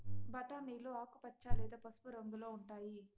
బఠానీలు ఆకుపచ్చ లేదా పసుపు రంగులో ఉంటాయి